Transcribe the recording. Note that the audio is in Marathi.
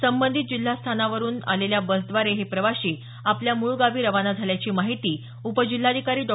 संबंधित जिल्हा स्थानावरुन आलेल्या बसद्वारे हे प्रवाशी आपल्या मूळ गावी रवाना झाल्याची माहिती उपजिल्हाधिकारी डॉ